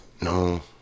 no